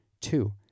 Two